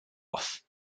off